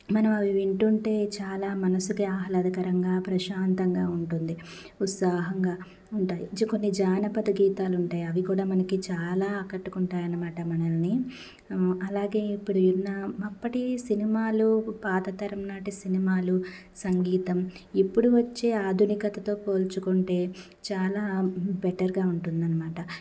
మనం అవి వింటుంటే చాలా మనసుకి ఆహ్లాదకరంగా ప్రశాంతంగా ఉంటుంది ఉత్సాహంగా ఉంటాయి కొన్ని జానపద గీతాలు ఉంటాయి అవి కూడా మనసుకి చాలా ఆకట్టుకుంటాయి మనల్ని అలాగే ఇప్పుడున్న అప్పటి సినిమాలు పాతతరం నాటి సినిమాలు సంగీతం ఇప్పుడు వచ్చే ఆధునికతతో పోల్చుకుంటే చాలా బెటర్గా ఉంటుంది అనమాట